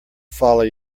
follow